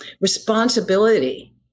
responsibility